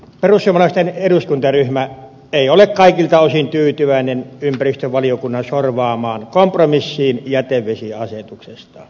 perussuomalaisten eduskuntaryhmä ei ole kaikilta osin tyytyväinen ympäristövaliokunnan sorvaamaan kompromissiin jätevesiasetuksesta